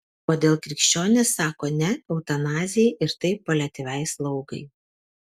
kodėl krikščionys sako ne eutanazijai ir taip paliatyviai slaugai